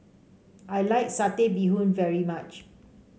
I like Satay Bee Hoon very much